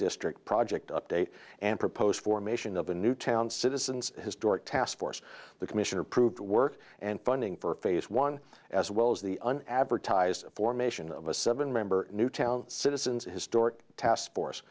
district project update and proposed formation of a new town citizens historic taskforce the commissioner proved work and funding for phase one as well as the an advertised formation of a seven member new town citizens historic task force